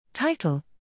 Title